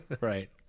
Right